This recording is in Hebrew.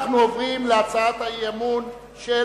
אנחנו עוברים להצעת האי-אמון של